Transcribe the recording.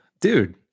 dude